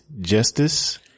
Justice